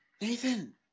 Nathan